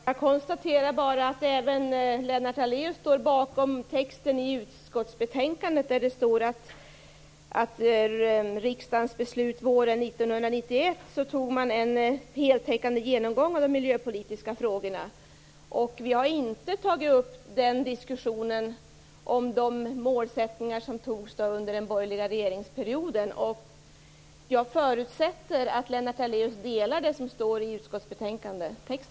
Fru talman! Jag konstaterar bara att även Lennart Daléus står bakom texten i utskottsbetänkandet, där det står att man i samband med riksdagens beslut våren 1991 hade en heltäckande genomgång av de miljöpolitiska frågorna. Vi har inte tagit upp diskussionen om målsättningarna under den borgerliga regeringsperioden. Jag förutsätter att Lennart Daléus delar det som står i utskottsbetänkandet.